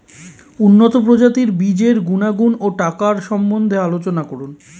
উন্নত প্রজাতির বীজের গুণাগুণ ও টাকার সম্বন্ধে আলোচনা করুন